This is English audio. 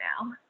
now